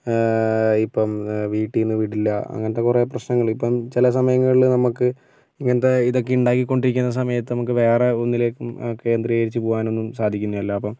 ഇപ്പോൾ വീട്ടിൽ നിന്ന് വിടില്ല അങ്ങനത്തെ കുറെ പ്രശ്നങ്ങള് ഇപ്പം ചില സമയങ്ങളിൽ നമുക്ക് ഇങ്ങനത്തെ ഇതൊക്കെ ഉണ്ടായികൊണ്ടിരിക്കുന്ന സമയത് നമുക്ക് വേറെ ഒന്നിലേക്കും കേന്ദ്രികരിച്ച് പോകാനൊന്നും സാധിക്കുന്നതല്ല അപ്പം